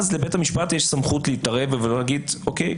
אז לבית המשפט יש סמכות להתערב ולהגיד: אוקיי,